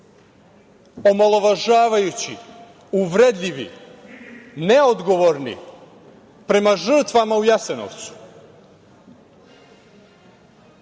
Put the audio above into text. omalovažavajući, uvredljivi, neodgovorni prema žrtvama u Jasenovcu. Ako